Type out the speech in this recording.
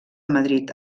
madrid